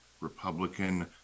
Republican